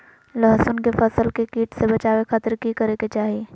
लहसुन के फसल के कीट से बचावे खातिर की करे के चाही?